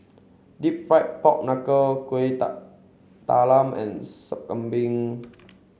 Deep Fried Pork Knuckle Kueh Talam and Sup Kambing